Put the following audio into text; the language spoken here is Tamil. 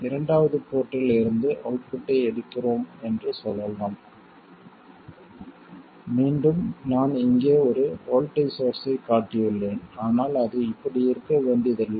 இரண்டாவது போர்ட்டில் இருந்து அவுட்புட்டை எடுக்கிறோம் என்று சொல்லலாம் மீண்டும் நான் இங்கே ஒரு வோல்ட்டேஜ் சோர்ஸ்ஸைக் காட்டியுள்ளேன் ஆனால் அது இப்படி இருக்க வேண்டியதில்லை